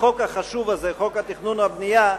החוק החשוב הזה, חוק התכנון והבנייה,